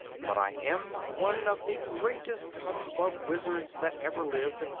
but i am one of the greatest humbug wizards that ever lived,